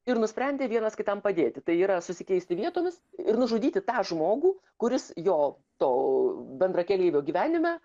ir nusprendė vienas kitam padėti tai yra susikeisti vietomis ir nužudyti tą žmogų kuris jo to bendrakeleivio gyvenime